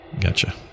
gotcha